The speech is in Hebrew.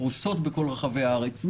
פרושות בכל רחבי הארץ,